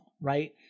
right